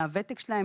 מהוותק שלהם,